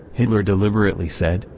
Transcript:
hitler deliberately said,